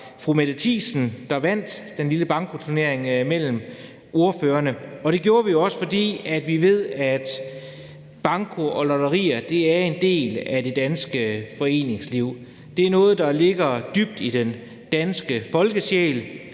fru Mette Thiesen, der vandt den lille bankoturnering mellem ordførerne. Det gjorde vi også, fordi vi ved, at banko og lotteri er en del af det danske foreningsliv. Det er noget, der ligger dybt i den danske folkesjæl.